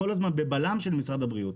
כל הזמן בבלם של משרד הבריאות.